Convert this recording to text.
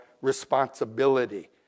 responsibility